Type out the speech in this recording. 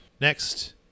Next